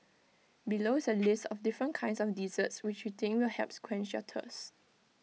below is A list of different kinds of desserts which we think will help quench your thirst